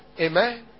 Amen